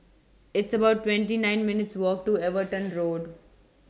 It's about twenty nine minutes' Walk to Everton Road